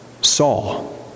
Saul